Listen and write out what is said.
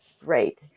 great